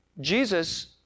Jesus